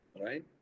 Right